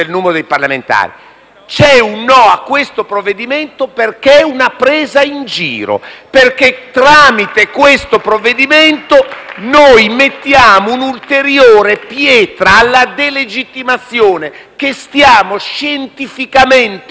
c'è un no a questo provvedimento perché è una presa in giro, perché tramite questo provvedimento noi mettiamo un'ulteriore pietra alla delegittimazione con la quale stiamo scientificamente costruendo